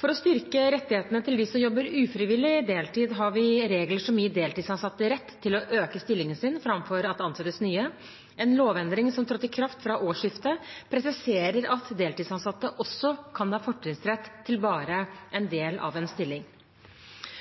For å styrke rettighetene til dem som jobber «ufrivillig deltid», har vi regler som gir deltidsansatte rett til å øke stillingen sin framfor at det ansettes nye. En lovendring som trådte i kraft fra årsskiftet, presiserer at deltidsansatte også kan ha fortrinnsrett til bare en del av en stilling.